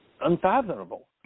unfathomable